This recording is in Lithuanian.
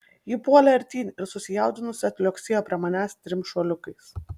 ji puolė artyn ir susijaudinusi atliuoksėjo prie manęs trim šuoliukais